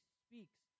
speaks